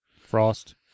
Frost